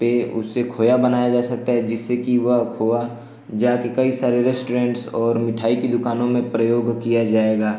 पर उससे खोया बनाया जा सकता है जिससे कि वह खोया जाकर कई सारे रेस्टोरेन्ट्स और मिठाई की दुकानों में प्रयोग किया जाएगा